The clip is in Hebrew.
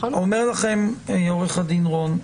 אומר לכם עו"ד שרון,